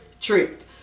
tricked